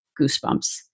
goosebumps